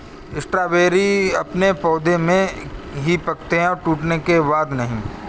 strawberry अपने पौधे में ही पकते है टूटने के बाद नहीं